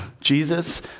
Jesus